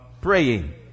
praying